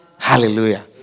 Hallelujah